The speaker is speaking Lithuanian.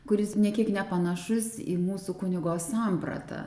kuris nė kiek nepanašus į mūsų kunigo sampratą